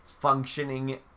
functioning